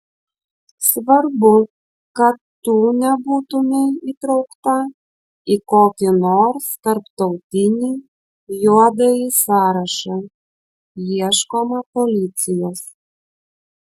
svarbu kad tu nebūtumei įtraukta į kokį nors tarptautinį juodąjį sąrašą ieškoma policijos